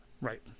Right